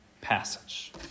passage